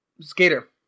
Skater